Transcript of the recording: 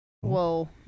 Whoa